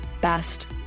best